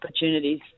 opportunities